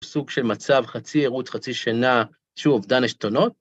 סוג של מצב חצי ערות, חצי שנה, שוב, אובדן עשתונות.